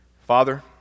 Father